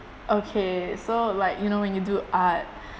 okay so like you know when you do art